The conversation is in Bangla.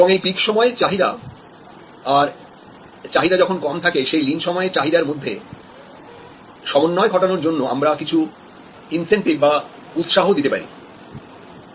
এবং এই পিক সময়ের চাহিদা আর লিন সময়ের চাহিদার মধ্যে সমন্বয় ঘটানোর জন্য আমরা কিছু ইন্সেন্টিভ দিতে পারি